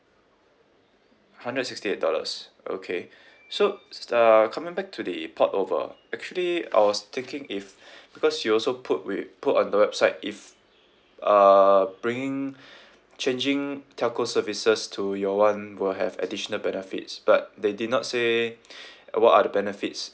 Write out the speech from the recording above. hundred and sixty eight dollars okay so st~ uh coming back to the port over actually I was thinking if because you also put wi~ put on the website if uh bringing changing telco services to your [one] will have additional benefits but they did not say uh what are the benefits